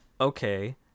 okay